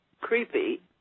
creepy